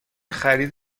خرید